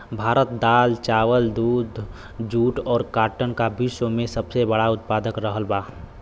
भारत दाल चावल दूध जूट और काटन का विश्व में सबसे बड़ा उतपादक रहल बा